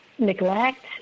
neglect